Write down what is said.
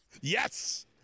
yes